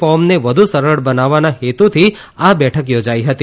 ફોર્મને વધુ સરળ બનાવવાના હેતુથી આ બેઠક યોજાઇ હતી